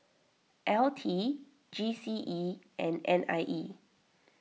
L T G C E and N I E